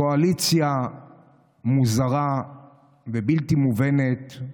קואליציה מוזרה ובלתי מובנת,